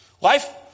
Life